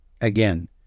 again